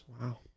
Wow